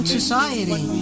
Society